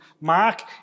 mark